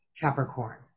Capricorn